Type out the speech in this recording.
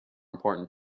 important